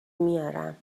میارم